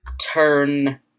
turn